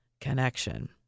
connection